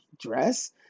dress